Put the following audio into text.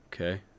Okay